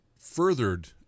furthered